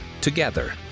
together